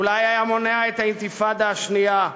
אולי היה מונע את האינתיפאדה השנייה,